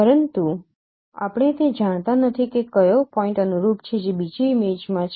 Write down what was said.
પરંતુ આપણે તે જાણતા નથી કે કયો પોઇન્ટ અનુરૂપ છે જે બીજી ઇમેજમાં છે